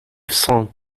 cent